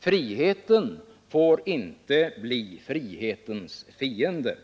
Friheten får inte bli frihetens fiende.